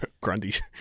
Grundy's